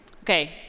Okay